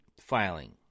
filing